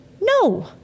No